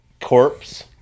corpse